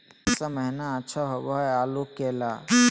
कौन सा महीना अच्छा होइ आलू के ला?